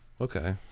Okay